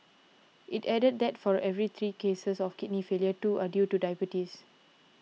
it added that for every three cases of kidney failure two are due to diabetes